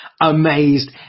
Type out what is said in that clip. amazed